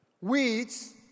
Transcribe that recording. Weeds